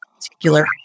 particular